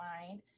mind